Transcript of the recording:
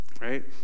right